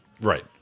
Right